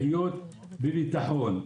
לחיות בביטחון,